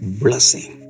blessing